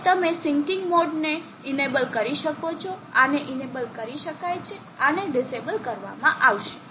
તો તમે syncing mode ને ઇનેબલ કરી શકો છો આને ઇનેબલ કરી શકાય છે આને ડિસેબલ કરવામાં આવશે